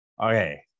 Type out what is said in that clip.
Okay